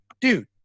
dude